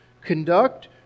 Conduct